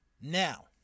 Now